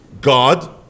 God